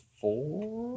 four